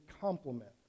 complement